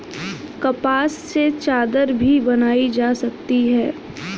कपास से चादर भी बनाई जा सकती है